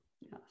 yes